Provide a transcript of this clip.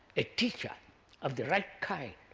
a teacher of the right kind,